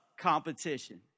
competition